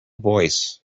voice